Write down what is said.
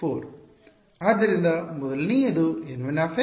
ಆದ್ದರಿಂದ ಮೊದಲನೆಯದು N1